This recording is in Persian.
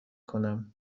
کنم